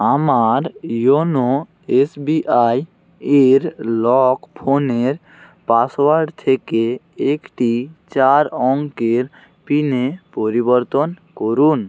আমার YONO S B I এর lock ফোনের পাসওয়ার্ড থেকে একটি চার অঙ্কের পিনে পরিবর্তন করুন